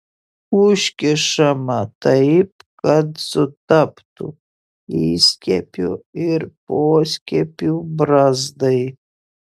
užkišama taip kad sutaptų įskiepio ir poskiepio brazdai